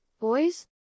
boys